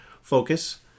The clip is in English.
focus